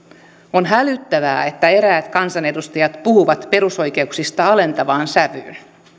on hälyttävää että eräät kansanedustajat puhuvat perusoikeuksista alentavaan sävyyn